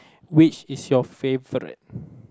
which is your favorite